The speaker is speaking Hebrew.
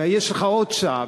ויש לך עוד שעה,